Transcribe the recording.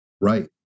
right